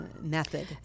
method